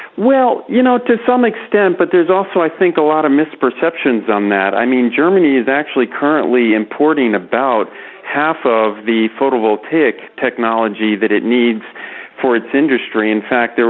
well, you know, to some extent, but there's also i think a lot of misperceptions on that. i mean, germany is actually currently importing about half of the photovoltaic technology that it needs for its industry. in fact,